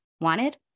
wanted